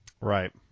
Right